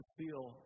feel